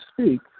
speak